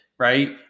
Right